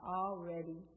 already